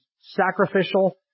sacrificial